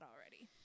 already